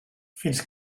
fins